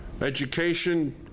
Education